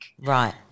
Right